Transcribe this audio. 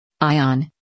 Ion